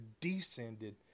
descended